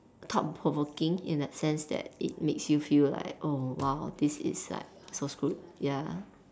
thought provoking in the sense that it makes you feel like oh !wow! this is like so screwed ya